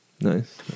Nice